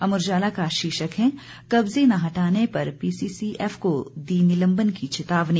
अमर उजाला का शीर्षक है कब्जे न हटाने पर पीसीसीएफ को दी निलंबन की चेतावनी